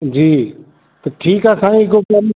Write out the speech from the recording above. जी त ठीकु आहे साईं हिकिड़ो कमु